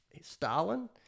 Stalin